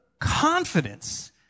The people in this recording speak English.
confidence